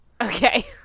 Okay